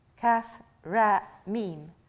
kaf-ra-mim